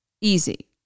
easy